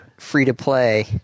free-to-play